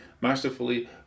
masterfully